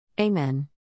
Amen